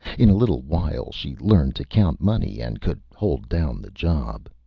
in a little while she learned to count money, and could hold down the job.